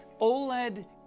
OLED